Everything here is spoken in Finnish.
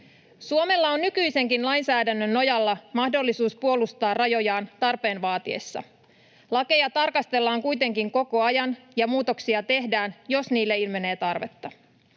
Suomella on nykyisenkin lainsäädännön nojalla mahdollisuus puolustaa rajojaan tarpeen vaatiessa. Lakeja tarkastellaan kuitenkin koko ajan, ja muutoksia tehdään, jos niille ilmenee tarvetta.